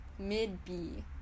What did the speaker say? mid-B